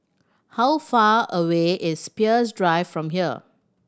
how far away is Peirce Drive from here